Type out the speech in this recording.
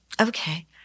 Okay